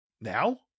Now